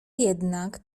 jednak